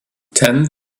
ten